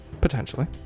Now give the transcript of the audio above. Potentially